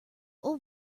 old